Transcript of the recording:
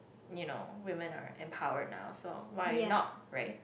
you know women are empower now so why not right